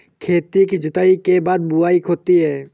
खेती की जुताई के बाद बख्राई होती हैं?